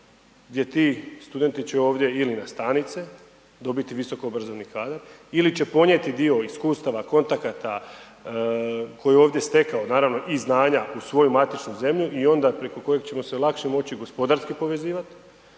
gdje ti studenti će ovdje ili nastanit se, dobiti visoko obrazovni kadar ili će ponijeti dio iskustava, kontakata koje je ovdje stekao, naravno i znanja u svoju matičnu zemlju i onda preko kojeg ćemo se lakše moći i gospodarski povezivat,